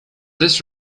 this